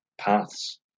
paths